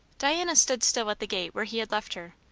diana stood still at the gate where he had left her,